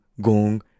gong